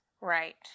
Right